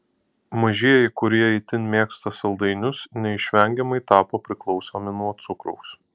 mažieji kurie itin mėgsta saldainius neišvengiamai tapo priklausomi nuo cukraus